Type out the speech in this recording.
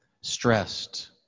Stressed